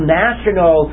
national